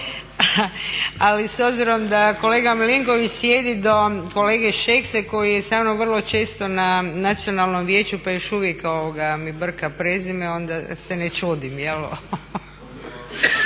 Ali s obzirom da kolega Milinković sjedi do kolege Šeksa koji je samnom vrlo često na Nacionalnom vijeću pa još uvijek mi brka prezime onda se ne čudim.